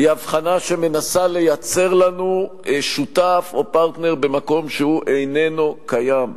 היא הבחנה שמנסה לייצר לנו שותף או פרטנר במקום שהוא איננו קיים.